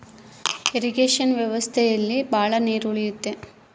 irrigation ವ್ಯವಸ್ಥೆಲಾಸಿ ಭಾಳ ನೀರ್ ಉಳಿಯುತ್ತೆ